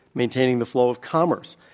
maintaining the flow of commerce.